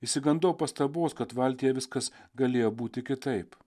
išsigandau pastabos kad valtyje viskas galėjo būti kitaip